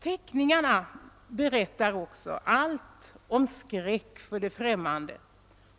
Teckningarna berättar också allt om skräck för det främmande,